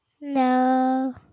No